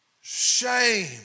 shame